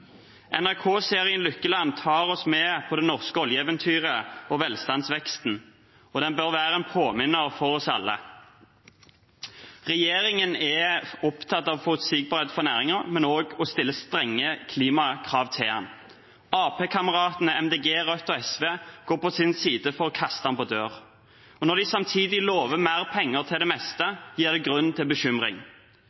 Lykkeland tar oss med på det norske oljeeventyret og velstandsveksten, og den bør være en påminner for oss alle. Regjeringen er opptatt av forutsigbarhet for næringen, men også av å stille strenge klimakrav til den. AP-kameratene MDG, Rødt og SV går på sin side inn for å kaste den på dør. Når de samtidig lover mer penger til det meste,